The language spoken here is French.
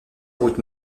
route